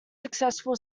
successful